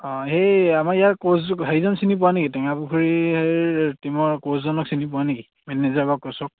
অঁ সেই আমাৰ ইয়াৰ ক'চ সেইজন চিনি পোৱা নেকি টেঙা পুখুৰী টিমৰ ক'চজনক চিনি পোৱা নেকি মেনেজাৰ বা ক'চক